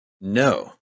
No